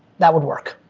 that would work.